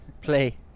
play